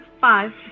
five